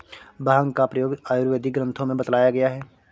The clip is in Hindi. भाँग का प्रयोग आयुर्वेदिक ग्रन्थों में बतलाया गया है